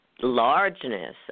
largeness